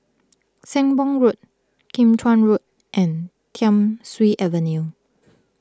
Sembong Road Kim Chuan Road and Thiam Siew Avenue